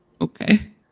okay